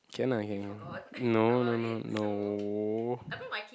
can lah can lah no no no no